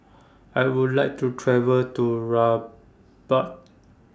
I Would like to travel to Rabat